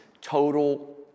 total